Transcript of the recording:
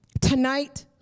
Tonight